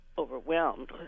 overwhelmed